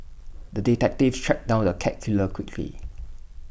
the detective tracked down the cat killer quickly